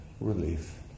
relief